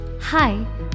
Hi